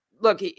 Look